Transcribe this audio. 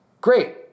Great